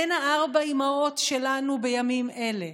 הן ה"ארבע אימהות" שלנו בימים אלה.